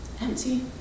Empty